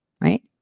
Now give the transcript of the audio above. right